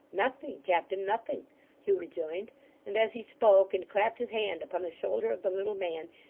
nothing, captain, nothing hugh rejoined and as he spoke, and clapped his hand upon the shoulder of the little man,